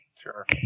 sure